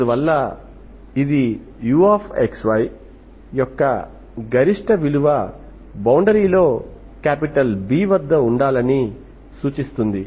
అందువల్ల ఇది uxy యొక్క గరిష్ట విలువ బౌండరీ లో B వద్ద ఉండాలని సూచిస్తుంది